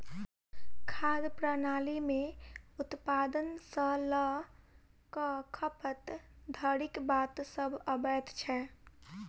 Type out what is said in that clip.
खाद्य प्रणाली मे उत्पादन सॅ ल क खपत धरिक बात सभ अबैत छै